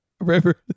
River